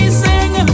sing